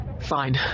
Fine